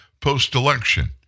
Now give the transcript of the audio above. post-election